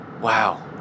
wow